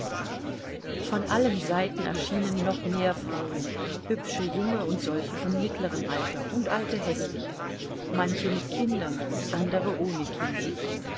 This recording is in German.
von allen seiten erschienen noch mehr frauen hübsche junge und solche von mittlerem alter und alte häßliche manche mit kindern andere ohne kinder